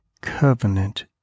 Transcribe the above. covenant